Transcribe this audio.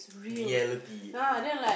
reality